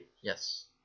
Yes